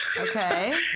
Okay